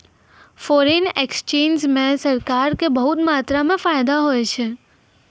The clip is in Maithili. फोरेन एक्सचेंज म सरकार क बहुत मात्रा म फायदा होय छै